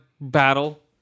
Battle